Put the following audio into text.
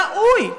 הראוי,